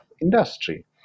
industry